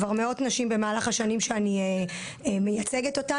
כבר מאות נשים במהלך השנים שאני מייצגת אותן